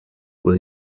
will